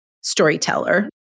storyteller